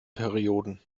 perioden